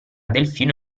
delfino